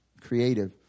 creative